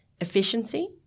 efficiency